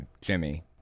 Jimmy